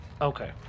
Okay